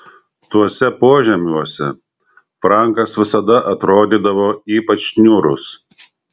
tuose požemiuose frankas visada atrodydavo ypač niūrus